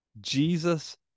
Jesus